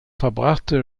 verbrachte